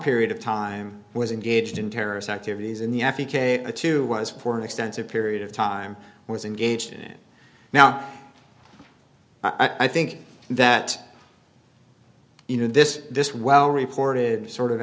period of time was engaged in terrorist activities in the f u k the two was for an extensive period of time was engaged in it now i think that you know this this well reported sort of